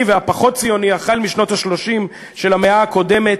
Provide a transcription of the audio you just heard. והפחות ציוני החל משנות ה-30 של המאה הקודמת,